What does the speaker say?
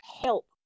help